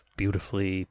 beautifully